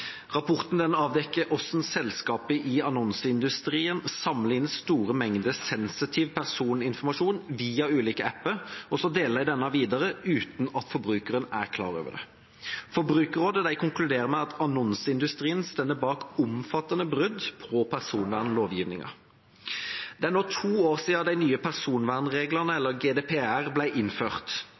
avdekker hvordan selskaper i annonseindustrien samler inn store mengder sensitiv personinformasjon via ulike apper og deler denne videre uten at forbrukeren er klar over det. Forbrukerrådet konkluderer med at annonseindustrien står bak omfattende brudd på personvernlovgivningen. Det er nå to år siden de nye personvernreglene, eller GDPR, ble innført.